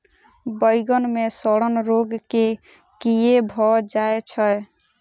बइगन मे सड़न रोग केँ कीए भऽ जाय छै?